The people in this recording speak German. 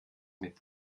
mit